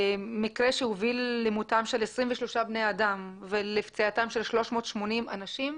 מקרה שהוביל למותם של 23 בני אדם ולפציעתם של 380 אנשים.